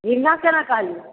झीङ्गा केना कहलियै